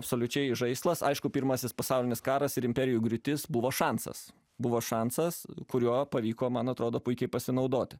absoliučiai žaislas aišku pirmasis pasaulinis karas ir imperijų griūtis buvo šansas buvo šansas kurio pavyko man atrodo puikiai pasinaudoti